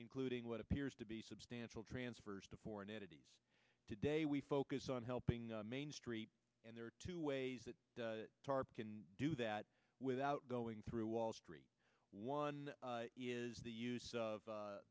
including what appears to be substantial transfers to foreign entities today we focus on helping main street and there are two ways that tarp can do that without going through wall street one is the use of